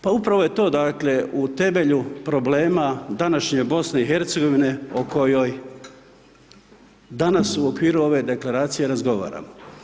Pa upravo je to dakle u temelju problema današnje BiH o kojoj danas u okviru ove deklaracije razgovaramo.